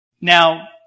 Now